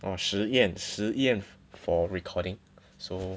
哦实验实验 for recording so